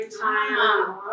time